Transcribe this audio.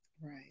Right